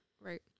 Right